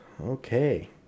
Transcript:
Okay